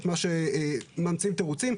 ממציאים תירוצים.